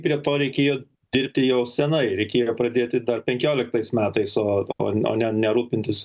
prie to reikėjo dirbti jau senai reikėjo pradėti dar penkioliktais metais o o o ne nerūpintis